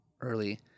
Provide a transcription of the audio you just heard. early